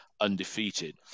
undefeated